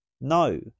No